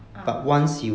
ah